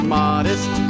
modest